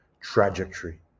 trajectory